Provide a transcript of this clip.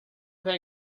pang